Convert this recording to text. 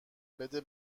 بده